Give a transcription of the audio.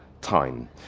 time